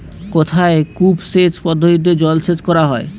কোথায় কূপ সেচ পদ্ধতিতে জলসেচ করা হয়?